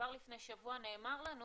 וכבר לפני שבוע נאמר לנו